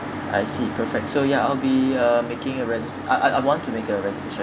I see perfect so ya I'll be uh making a reser~ I I I want to make a reservation